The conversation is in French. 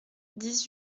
dix